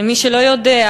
למי שלא יודע,